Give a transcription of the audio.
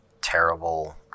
terrible